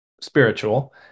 Spiritual